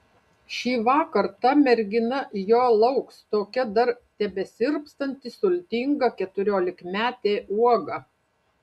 šįvakar ta mergina jo lauks tokia dar tebesirpstanti sultinga keturiolikmetė uoga